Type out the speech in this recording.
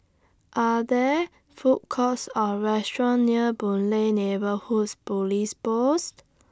Are There Food Courts Or restaurants near Boon Lay Neighbourhoods Police Post